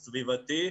סביבתי,